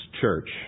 church